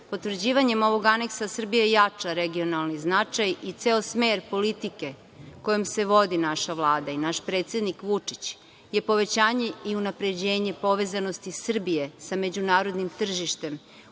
Potvrđivanjem ovog aneksa, Srbija jača regionalni značaj i ceo smer politike kojom se vodi naša Vlada i naš predsednik Vučić je povećanje i unapređenje povezanosti Srbije sa međunarodnim tržištem,